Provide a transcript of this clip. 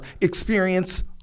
experience